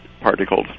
particles